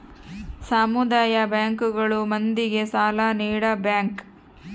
ಸಮುದಾಯ ಬ್ಯಾಂಕ್ ಗಳು ಮಂದಿಗೆ ಸಾಲ ನೀಡ ಬ್ಯಾಂಕ್